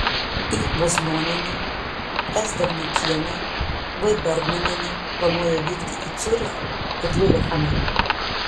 i vaznonienė s davniukienė v bergmanienė planuoja vykti į ciūrichą ir lilehamerį